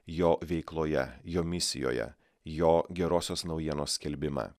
jo veikloje jo misijoje jo gerosios naujienos skelbimą